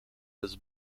has